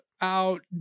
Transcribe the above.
out